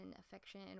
affection